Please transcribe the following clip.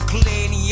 Clean